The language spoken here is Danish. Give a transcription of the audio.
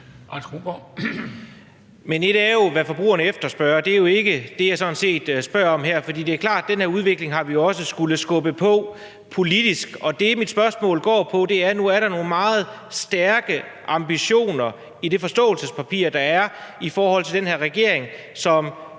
Ét er jo, hvad forbrugerne efterspørger, men det er ikke det, jeg spørger om her. Det er klart, at den her udvikling har vi også skullet skubbe på politisk. Og det, mit spørgsmål går på, er, at der er nogle meget stærke ambitioner i det forståelsespapir, der er for den her regering, som